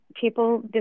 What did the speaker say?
people